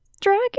dragon